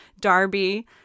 Darby